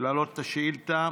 להעלות את השאילתה.